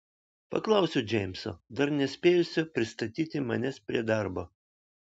paklausiau džeimso dar nespėjusio pristatyti manęs prie darbo